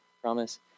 promise